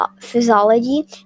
physiology